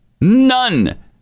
None